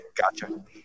Gotcha